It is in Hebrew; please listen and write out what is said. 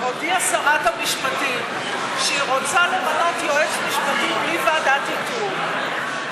הודיעה שרת המשפטים שהיא רוצה למנות יועץ משפטי בלי ועדת איתור,